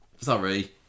Sorry